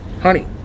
Honey